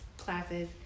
classes